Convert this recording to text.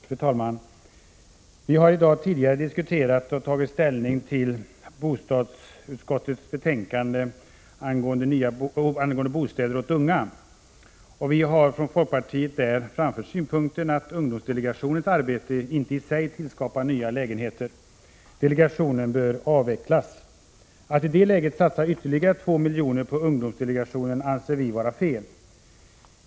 Fru talman! Vi har redan tidigare i dag diskuterat och tagit ställning till bostadsutskottets betänkande angående bostäder åt unga. Vi har från folkpartiet framfört synpunkten att ungdomsdelegationens arbete i sig inte tillskapar nya lägenheter. Delegationen bör avvecklas. Att i det här läget satsa ytterligare 2 miljoner på ungdomsdelegationen anser vi vara fel.